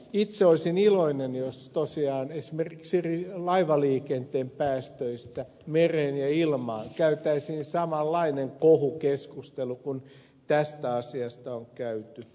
itse olisin iloinen jos esimerkiksi laivaliikenteen päästöistä mereen ja ilmaan käytäisiin samanlainen kohukeskustelu kuin tästä asiasta on käyty